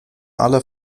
aller